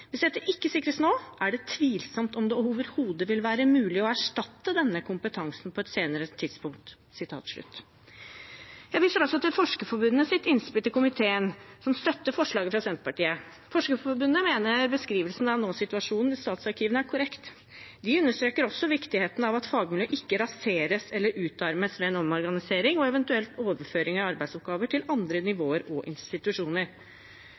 Hvis dette ikke sikres nå, er det tvilsomt om det overhodet vil være mulig å erstatte denne kompetansen på et senere tidspunkt.» Jeg viser også til Forskerforbundets innspill til komiteen, som støtter forslaget fra Senterpartiet. Forskerforbundet mener beskrivelsen av nåsituasjonen ved statsarkivene er korrekt. De understreker også viktigheten av «at fagmiljø ikke raseres eller utarmes ved en omorganisering og eventuell overføring av arbeidsoppgaver til andre nivå og institusjoner».